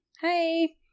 Hey